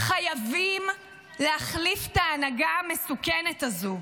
חייבים להחליף את ההנהגה המסוכנת הזו.